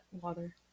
water